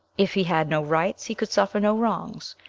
if he had no rights, he could suffer no wrongs.